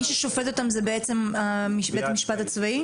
מי ששופט אותם זה בעצם בית המשפט הצבאי?